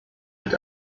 mit